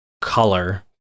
color